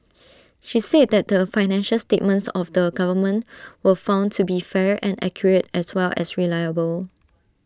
she said that the financial statements of the government were found to be fair and accurate as well as reliable